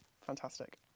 Fantastic